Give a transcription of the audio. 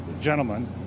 gentlemen